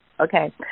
Okay